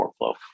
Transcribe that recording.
workflow